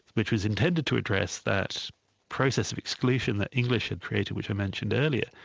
which was intended to address that process of exclusion that english had created which i mentioned earlier,